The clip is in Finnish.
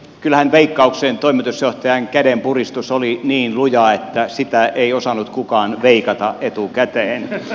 kyllähän veikkauksen toimitusjohtajan kädenpuristus oli niin luja että sitä ei osannut kukaan veikata etukäteen